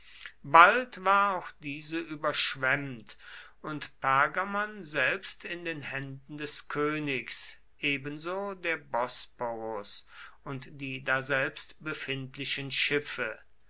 bald war auch diese überschwemmt und pergamon selbst in den händen des königs ebenso der bosporus und die daselbst befindlichen schiffe